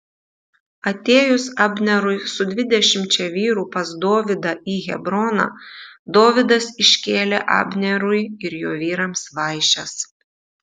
atėjus abnerui su dvidešimčia vyrų pas dovydą į hebroną dovydas iškėlė abnerui ir jo vyrams vaišes